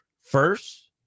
first